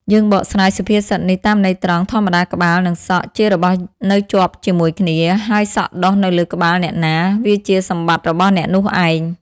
យើងបកស្រាយសុភាសិតនេះតាមន័យត្រង់ ធម្មតាក្បាល និងសក់ ជារបស់នៅជាប់ជាមួយគ្នា ហើយសក់ដុះនៅលើក្បាលអ្នកណា វាជាសម្បត្តិរបស់អ្នកនោះឯង ។